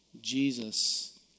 Jesus